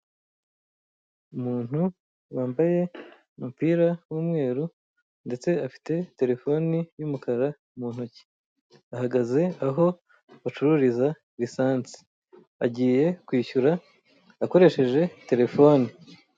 Umuntu wambaye umupira w'umweru ndetse afite telefone y'umukara mu ntoki. Ahagaze aho bacururiza esanse. Agiye kwishyura akoresheje telefone.